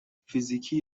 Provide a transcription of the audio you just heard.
فیزیکی